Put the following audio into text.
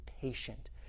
patient